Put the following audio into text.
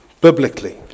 Biblically